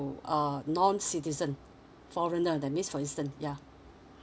uh non citizen foreigner that means for instant yeah